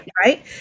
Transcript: right